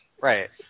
Right